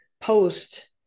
post